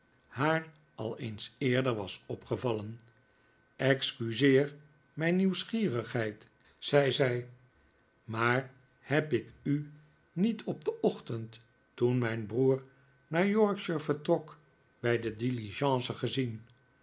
haar al eens eerder was opgevallen excuseer mijn nieuwsgierigheid zei zij maar heb ik u niet op den ochtend toen mijn broer naar yorkshire vertrok bij de diligence gezien